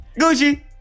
gucci